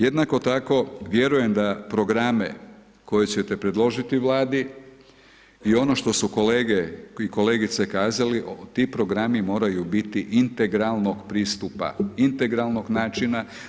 Jednako tako, vjerujem da programe koje ćete predložiti u Vladi je ono što su kolege, kao i kolegice kazali, ti programi moraju biti integralnog pristupa, integralnog načina.